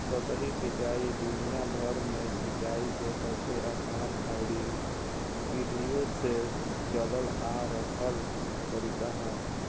सतही सिंचाई दुनियाभर में सिंचाई के सबसे आसान अउरी पीढ़ियो से चलल आ रहल तरीका ह